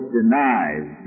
denies